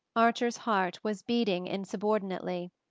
archer's heart was beating insubordinately.